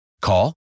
Call